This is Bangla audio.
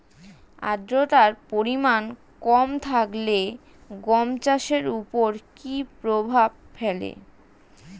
আদ্রতার পরিমাণ কম থাকলে গম চাষের ওপর কী প্রভাব ফেলে?